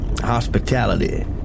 hospitality